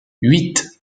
huit